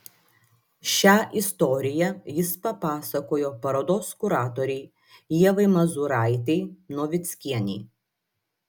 šią istoriją jis papasakojo parodos kuratorei ievai mazūraitei novickienei